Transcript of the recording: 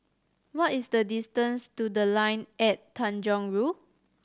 what is the distance to The Line at Tanjong Rhu